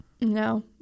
No